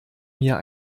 mir